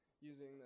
using